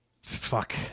fuck